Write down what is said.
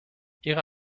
ihre